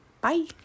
Bye